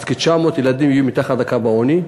אז כ-900,000 ילדים יהיו מתחת לקו העוני.